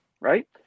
right